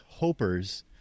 hopers